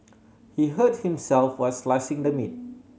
he hurt himself while slicing the meat